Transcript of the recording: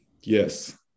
Yes